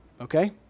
okay